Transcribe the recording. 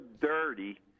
dirty